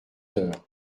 heures